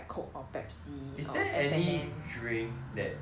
is there any drink that you must have